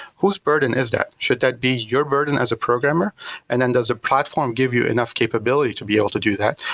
who's burden is that? should that be your burden as a programmer and and does the ah platform give you enough capability to be able to do that,